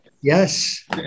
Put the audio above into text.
Yes